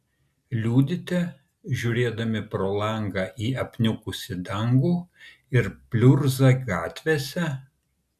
liūdite žiūrėdami pro langą į apniukusį dangų ir pliurzą gatvėse